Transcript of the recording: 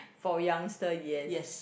for youngster yes